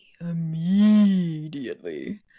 immediately